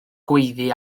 gweiddi